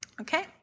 Okay